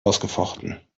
ausgefochten